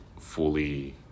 fully